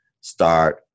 start